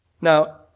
Now